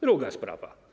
Druga sprawa.